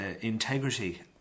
integrity